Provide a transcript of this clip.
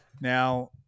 Now